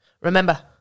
Remember